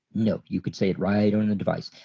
nope you could say it right or in the device.